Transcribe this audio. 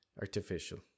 Artificial